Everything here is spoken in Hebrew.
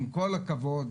עם כל הכבוד,